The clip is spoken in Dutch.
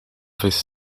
vis